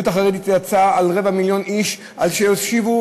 היהדות החרדית יצאה עם רבע מיליון איש על שהושיבו,